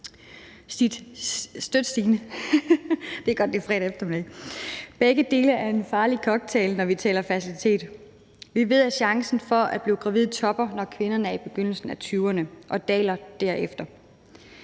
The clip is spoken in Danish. støt stigende. Begge dele er en farlig cocktail, når vi taler fertilitet. Vi ved, at chancen for at blive gravid topper, når kvinderne er i begyndelsen af tyverne, og daler derefter.